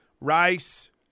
Rice